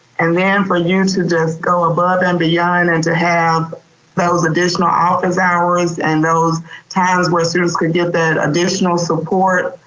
and then for you to just go above and beyond and to have those additional office hours and those times where students could get that additional support.